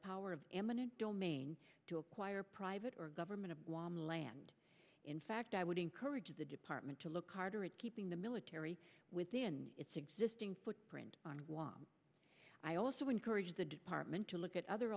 power of eminent domain to acquire private or government of one land in fact i would encourage the department to look harder at keeping the military within its existing footprint on guam i also encourage the department to look at other